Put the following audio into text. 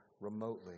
remotely